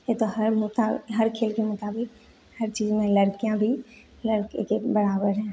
ये तो हर हर खेल के मुताबिक हर चीज में लड़कियाँ भी लड़के के बराबर हैं